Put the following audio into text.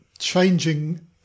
changing